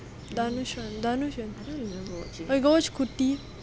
danush வந்து:vanthu you got watch குட்டி:kutty